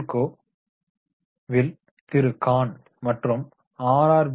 ஹிண்டல்கோவில் திரு கான் மற்றும் ஆர்